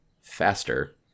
faster